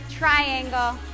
Triangle